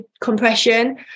compression